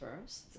first